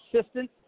Assistant